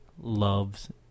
loves